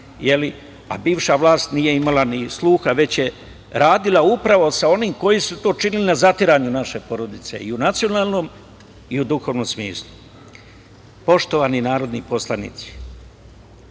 a bivša vlast nije imala ni sluha, već je radila upravo sa onim koji su to činili na zatiranju naše porodice i u nacionalnom i u duhovnom smislu. Poštovani narodni poslanici,